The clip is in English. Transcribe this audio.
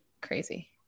crazy